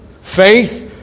faith